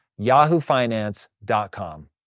yahoofinance.com